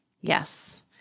Yes